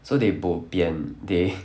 so they bo pian they